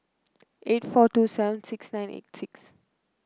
eight four two seven six nine eight six